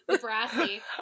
Brassy